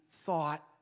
thought